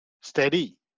steady